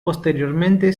posteriormente